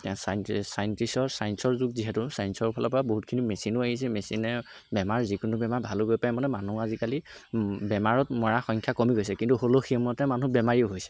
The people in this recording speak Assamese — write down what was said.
এয়া ছাইণ্টিষ্ট ছাইণ্টিষ্টৰ চায়েন্সৰ যুগ যিহেতু চায়েন্সৰ ফালৰ পৰা বহুতখিনি মেচিনো আহিছে মেচিনে বেমাৰ যিকোনো বেমাৰ ভালো কৰিব পাৰে মানে মানুহ আজিকালি বেমাৰত মৰাৰ সংখ্যা কমি গৈছে কিন্তু হ'লেও সেইমতে মানুহ বেমাৰীও হৈছে